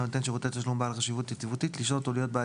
לנותן שירותי תשלום בעל חשיבות יציבותית לשלוט או להיות בעל